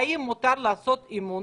האם מותר לעשות אימון